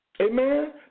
Amen